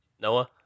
Noah